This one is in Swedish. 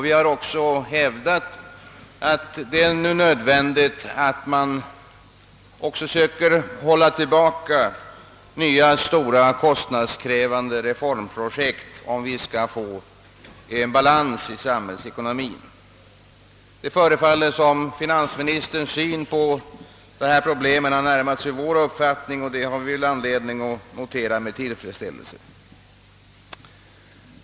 Vi har också hävdat att det är nödvändigt att söka hålla tillbaka nya stora kostnadskrävande reformprojekt om vi skall få balans i samhällsekonomien. Det förefaller som om finansministerns syn på dessa problem har närmat sig vår, och det noterar vi med tillfredsställelse.